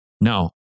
No